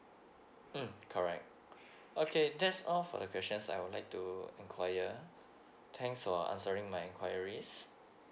mm correct okay that's all for the questions I would like to inquire thanks for answering my inquiries